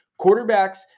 quarterbacks